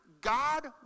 God